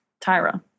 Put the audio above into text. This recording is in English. Tyra